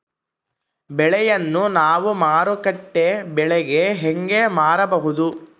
ಬೆಳೆಯನ್ನ ನಾವು ಮಾರುಕಟ್ಟೆ ಬೆಲೆಗೆ ಹೆಂಗೆ ಮಾರಬಹುದು?